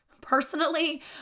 Personally